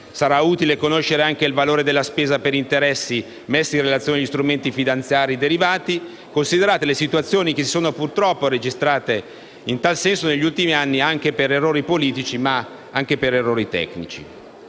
Sarà utile conoscere anche il valore della spesa per interessi messa in relazione agli strumenti finanziari derivati, considerate le situazioni che si sono purtroppo registrate in tal senso negli ultimi anni per errori politici, ma anche tecnici.